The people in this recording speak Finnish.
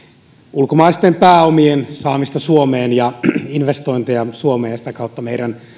ulkomaisten pääomien saamista suomeen ja investointeja suomeen ja sitä kautta meidän